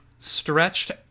Stretched